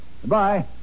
Goodbye